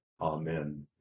Amen